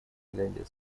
финляндия